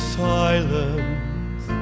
silence